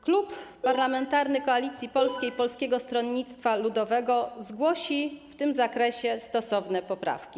Klub parlamentarny Koalicja Polska, Polskie Stronnictwo Ludowe zgłosi w tym zakresie stosowne poprawki.